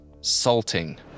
salting